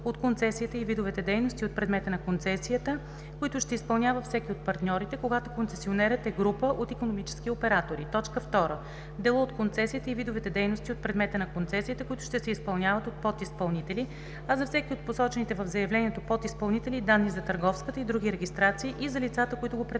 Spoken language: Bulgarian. от концесията и видовете дейности от предмета на концесията, които ще изпълнява всеки от партньорите – когато концесионерът е група от икономически оператори; 2. дела от концесията и видовете дейности от предмета на концесията, които ще се изпълняват от подизпълнители, а за всеки от посочените в заявлението подизпълнители – и данни за търговската и други регистрации и за лицата, които го представляват;